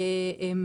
הם